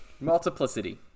Multiplicity